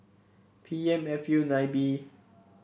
P M F U nine B